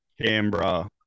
canberra